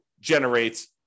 generate